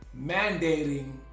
mandating